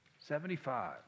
Seventy-five